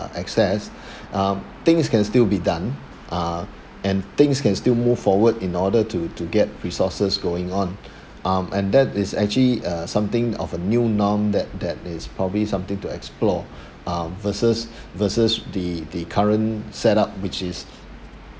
excess um things can still be done uh and things can still move forward in order to to get resources going on um and that is actually uh something of a new norm that that is probably something to explore uh versus versus the the current set up which is